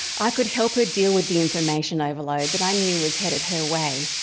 i could help her deal with the information overload that i knew was headed her way.